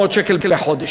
800 שקל בחודש,